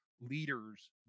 leaders